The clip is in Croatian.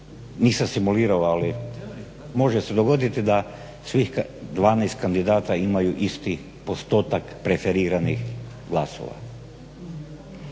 nisam simulirao ali može se dogoditi da svih 12 kandidata imaju isti postotak preferiranih glasova.